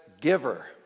giver